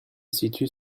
situe